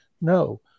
no